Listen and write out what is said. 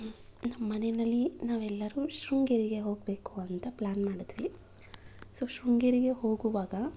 ನಮ್ಮನೆಯಲ್ಲಿ ನಾವೆಲ್ಲರೂ ಶೃಂಗೇರಿಗೆ ಹೋಗಬೇಕು ಅಂತ ಪ್ಲ್ಯಾನ್ ಮಾಡಿದ್ವಿ ಸೊ ಶೃಂಗೇರಿಗೆ ಹೋಗುವಾಗ